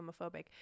homophobic